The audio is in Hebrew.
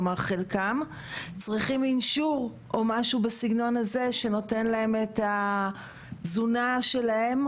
כלומר חלקם צריכים אינשור או משהו בסגנון הזה שנותן להם את התזונה שלהם,